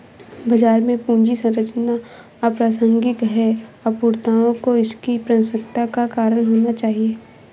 बाजार में पूंजी संरचना अप्रासंगिक है, अपूर्णताओं को इसकी प्रासंगिकता का कारण होना चाहिए